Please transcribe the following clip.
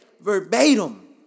verbatim